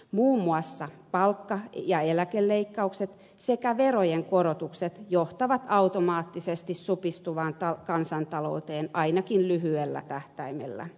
muun muassa palkka ja eläkeleikkaukset sekä verojen korotukset johtavat automaattisesti supistuvaan kansantalouteen ainakin lyhyellä tähtäimellä